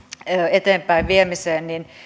eteenpäinviemiseen on